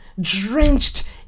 drenched